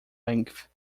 length